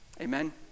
Amen